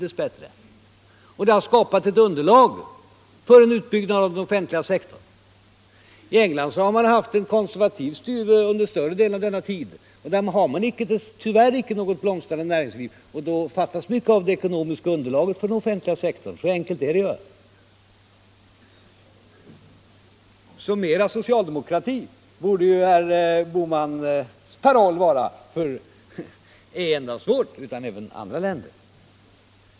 Det har skapat ett underlag för en utbyggnad av den offentliga sektorn. I England har man haft ett konservativt styre under större delen av denna tid. Där har man tyvärr icke något blomstrande näringsliv, och då fattas mycket av det ekonomiska underlaget för den offentliga sektorn. Så enkelt är det ju. Mera socialdemokrati, borde herr Bohmans paroll helt logiskt vara för ej endast vårt land utan även andra länder.